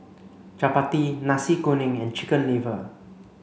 Chappati Nasi Kuning and chicken liver